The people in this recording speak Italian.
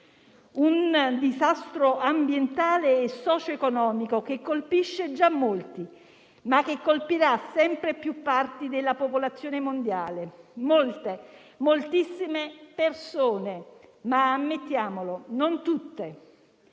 Un disastro ambientale e socio-economico che colpisce già molti, ma che colpirà sempre più parti della popolazione mondiale: molte, moltissime persone, ma - ammettiamolo - non tutte.